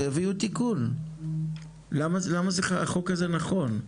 אז תביאו תיקון, למה החוק הזה נכון?